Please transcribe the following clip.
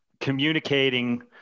communicating